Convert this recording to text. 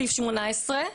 בסעיף 18,